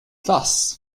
thus